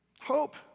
Hope